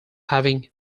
having